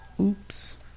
Oops